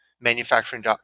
manufacturing